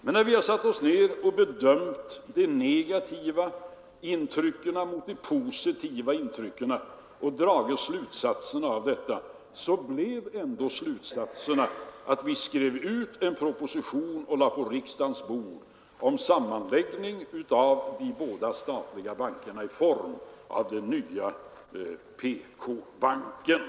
Men när vi vägt de negativa intrycken mot de positiva och dragit slutsatsen av detta, blev resultatet ändå att vi skrev ut och lade på riksdagens bord en proposition om sammanläggning av de båda statliga bankerna i form av den nya PK-banken.